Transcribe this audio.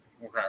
Okay